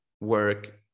work